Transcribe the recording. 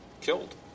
killed